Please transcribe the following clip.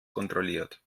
kontrolliert